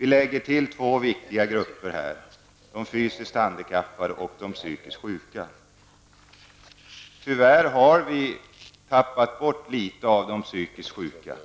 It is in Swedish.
Vi lägger här till två viktiga grupper, de fysiskt handikappade och de psykiskt sjuka. Tyvärr har vi i viss mån tappat bort de psykiskt sjuka.